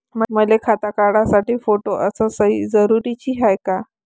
मले खातं काढासाठी फोटो अस सयी जरुरीची हाय का?